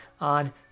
on